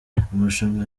amarushanwa